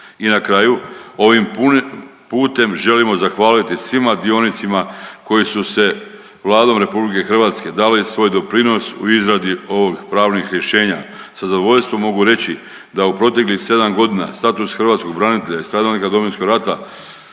I na kraju, ovim putem želimo zahvaliti svima dionicima koji su se Vladom RH dali svoj doprinos u izradi ovog pravnih rješenja. Sa zadovoljstvom mogu reći da u proteklih 7 godina status hrvatskog branitelja i stradalnika Domovinskog rata